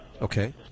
Okay